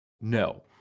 no